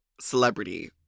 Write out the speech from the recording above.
celebrity